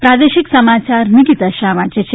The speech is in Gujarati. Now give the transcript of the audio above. પ્રાદેશિક સમાયાર નિકિતા શાહ વાંચે છે